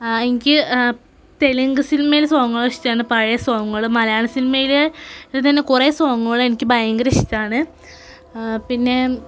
എനിക്ക് തെലുങ്ക് സിനിമയിലെ സോങ് ഇഷ്ടമാണ് പഴയ സോങ്ങുകൾ മലയാള സിനിമയിൽ ഇതുതന്നെ കുറേ സോങ്ങുകളെനിക്ക് ഭയങ്കര ഇഷ്ടമാണ് പിന്നെ